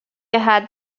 had